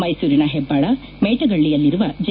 ಮೈಸೂರಿನ ಹೆಬ್ಬಾಳ ಮೇಣಗಳ್ಳಿಯಲ್ಲಿರುವ ಜೆ